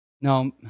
no